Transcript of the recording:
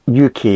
UK